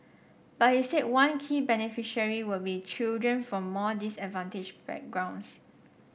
but he said one key beneficiary will be children from more disadvantaged backgrounds